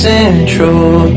Central